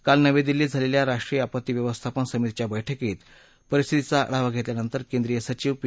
काल नवी दिल्लीत झालेल्या राष्ट्रीय आपत्ती व्यवस्थापन समितीच्या बरुक्रीत परिस्थितीचा आढावा घेतल्यानंतर केंद्रीय सचीव पी